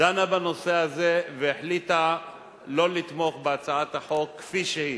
דנה בנושא הזה והחליטה לא לתמוך בהצעת החוק כפי שהיא.